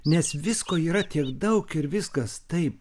nes visko yra tiek daug ir viskas taip